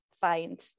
find